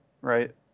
right